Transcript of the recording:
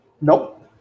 Nope